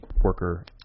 worker